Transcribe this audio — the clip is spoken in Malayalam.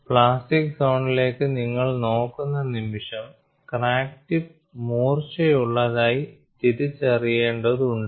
പ്ലാസ്റ്റിക് സോണിലേക്ക് നിങ്ങൾ നോക്കുന്ന നിമിഷം ക്രാക്ക് ടിപ്പ് മൂർച്ചയുള്ളതായി തിരിച്ചറിയേണ്ടതുണ്ട്